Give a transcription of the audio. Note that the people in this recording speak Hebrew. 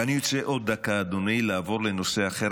ואני רוצה עוד דקה, אדוני, לעבור לנושא אחר.